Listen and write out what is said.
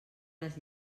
les